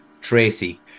tracy